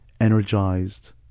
energized